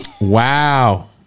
Wow